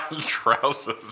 Trousers